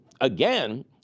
again